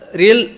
real